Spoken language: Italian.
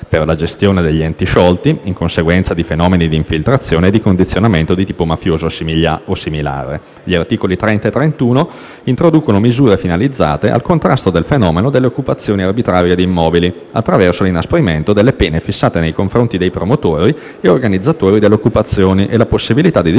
per la gestione degli enti sciolti in conseguenza di fenomeni di infiltrazione e di condizionamento di tipo mafioso o similare. Gli articoli 30 e 31 introducono misure finalizzate al contrasto del fenomeno delle occupazioni arbitrarie di immobili, attraverso l'inasprimento delle pene fissate nei confronti dei promotori e organizzatori delle occupazioni e la possibilità di disporre